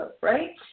right